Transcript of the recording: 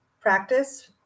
practice